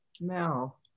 Mel